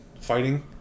fighting